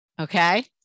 Okay